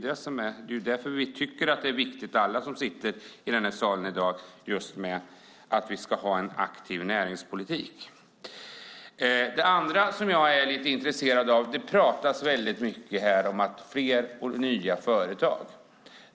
Det är därför vi alla som sitter i den här salen tycker att vi ska ha en aktiv näringspolitik. Det andra som jag är lite intresserad av handlar om företag. Det pratas väldigt mycket om fler och nya företag.